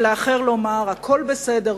ולאחר לומר: הכול בסדר,